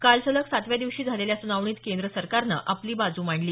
काल सलग सातव्या दिवशी झालेल्या सुनावणीत केंद्र सरकारनं आपली बाजू मांडली